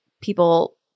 people